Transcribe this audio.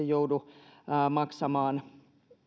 joudu maksamaan